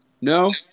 No